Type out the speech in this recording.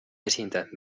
esindajad